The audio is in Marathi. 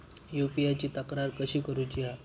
यू.पी.आय ची तक्रार कशी करुची हा?